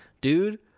dude